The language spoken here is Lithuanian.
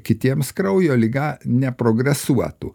kitiems kraujo liga neprogresuotų